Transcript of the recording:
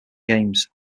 games